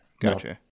Gotcha